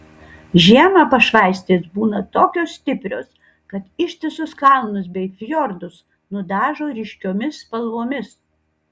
žiemą pašvaistės būna tokios stiprios kad ištisus kalnus bei fjordus nudažo ryškiomis spalvomis